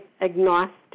agnostic